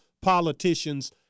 politicians